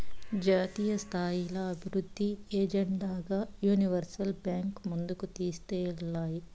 జాతీయస్థాయిల అభివృద్ధి ఎజెండాగా యూనివర్సల్ బాంక్ ముందుకు తీస్కేల్తాది